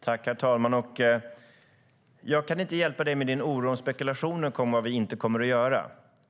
Herr talman! Jag kan inte hjälpa dig med din oro, Jens Holm, eller med dina spekulationer om vad vi kommer och inte kommer att göra.